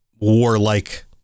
warlike